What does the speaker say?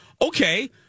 okay